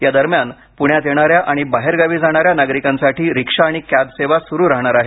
या दरम्यान पुण्यात येणाऱ्या आणि बाहेरगावी जाणाऱ्या नागरिकांसाठी रिक्षा आणि कॅंबसेवा सुरू रहणार आहे